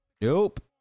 nope